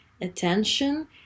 attention